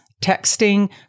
texting